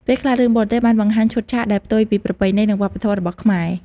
ពេលខ្លះ រឿងបរទេសបានបង្ហាញឈុតឆាកដែលផ្ទុយពីប្រពៃណីនិងវប្បធម៌របស់ខ្មែរ។